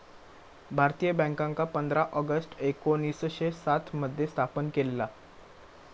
भारतीय बॅन्कांका पंधरा ऑगस्ट एकोणीसशे सात मध्ये स्थापन केलेला